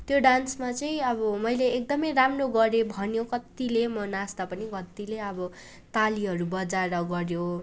त्यो डान्समा चाहिँ अब मैले एकदमै राम्रो गरेँ भन्यो कतिले म नाँच्दा पनि कतिले अब तालीहरू बजाएर गऱ्यो